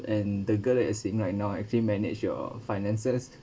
and the girl that you're seeing right now actually manage your finances